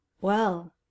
Well